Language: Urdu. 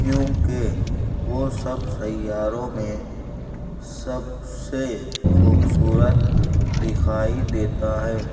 کیونکہ وہ سب سیاروں میں سب سے خوبصورت دکھائی دیتا ہے